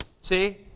See